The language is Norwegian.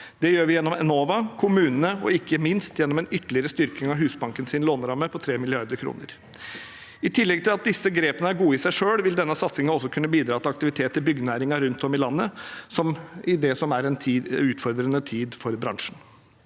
Det gjør vi gjennom Enova, kommunene og ikke minst gjennom en ytterligere styrking på 3 mrd. kr av Husbankens låneramme. I tillegg til at disse grepene er gode i seg selv, vil denne satsingen også kunne bidra til aktivitet i byggenæringen rundt omkring i landet, i det som er en utfordrende tid for bransjen.